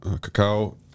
cacao